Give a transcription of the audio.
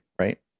right